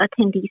attendees